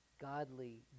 Godly